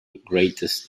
greatest